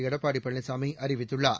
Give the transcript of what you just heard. எடப்பாடி பழனிசாமி அறிவித்துள்ளார்